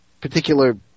particular